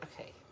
okay